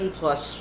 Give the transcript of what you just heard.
plus